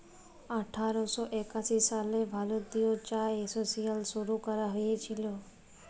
আঠার শ একাশি সালে ভারতীয় চা এসোসিয়েশল শুরু ক্যরা হঁইয়েছিল